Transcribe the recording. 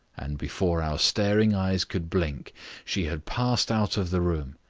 and before our staring eyes could blink she had passed out of the room,